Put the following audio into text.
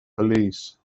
police